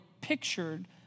pictured